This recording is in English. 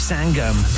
Sangam